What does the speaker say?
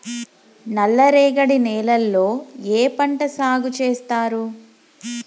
నల్లరేగడి నేలల్లో ఏ పంట సాగు చేస్తారు?